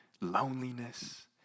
loneliness